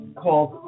called